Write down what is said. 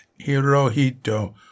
Hirohito